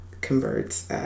converts